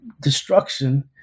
destruction